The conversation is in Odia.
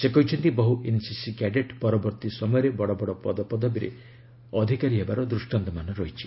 ସେ କହିଛନ୍ତି ବହୁ ଏନ୍ସିସି କ୍ୟାଡେଟ୍ ପରବର୍ତ୍ତୀ ସମୟରେ ବଡ଼ବଡ଼ ପଦପଦବୀର ଅଧିକାରୀ ହେବାର ଦୃଷ୍ଟାନ୍ତ ରହିଛି